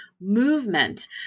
movement